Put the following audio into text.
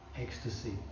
ecstasy